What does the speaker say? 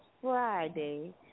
Friday